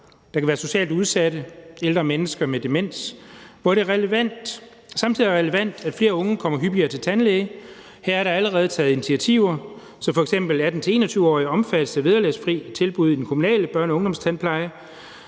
Det kan være socialt udsatte, ældre mennesker med demens, og samtidig er det relevant, at flere unge kommer hyppigere til tandlæge. Her er der allerede taget initiativer, så f.eks. 18-21-årige omfattes af vederlagsfrie tilbud i den kommunale børne- og ungdomstandpleje,